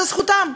זו זכותם,